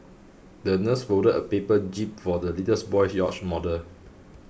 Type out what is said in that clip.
the nurse folded a paper jib for the littles boy's yacht model